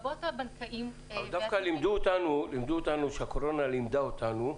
לרבות הבנקאים --- דווקא הקורונה לימדה אותנו,